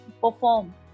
perform